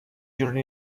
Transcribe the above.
during